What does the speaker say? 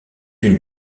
une